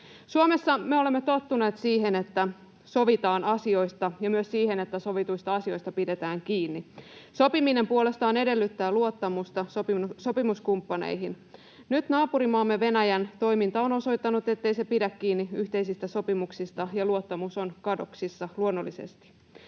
Suomessa me olemme tottuneet siihen, että sovitaan asioista, ja myös siihen, että sovituista asioista pidetään kiinni. Sopiminen puolestaan edellyttää luottamusta sopimuskumppaneihin. Nyt naapurimaamme Venäjän toiminta on osoittanut, ettei se pidä kiinni yhteisistä sopimuksista, ja luottamus on kadoksissa luonnollisesti.